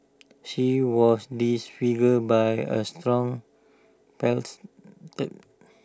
she was disfigured by A stone pestle